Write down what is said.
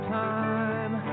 time